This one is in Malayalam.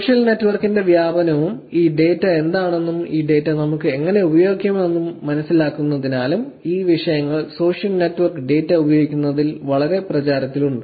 സോഷ്യൽ നെറ്റ്വർക്കിന്റെ വ്യാപനവും ഈ ഡാറ്റ എന്താണെന്നും ഈ ഡാറ്റ നമുക്ക് എങ്ങനെ ഉപയോഗിക്കാമെന്നും മനസിലാക്കുന്നതിനാലും ഈ വിഷയങ്ങൾ സോഷ്യൽ നെറ്റ്വർക്ക് ഡാറ്റ ഉപയോഗിക്കുന്നതിൽ വളരെ പ്രചാരത്തിലുണ്ട്